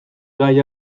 gai